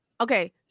okay